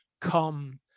come